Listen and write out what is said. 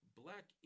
black